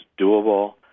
doable